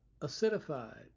acidified